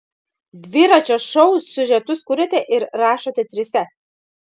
dviračio šou siužetus kuriate ir rašote trise